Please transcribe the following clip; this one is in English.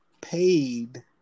paid